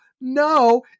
no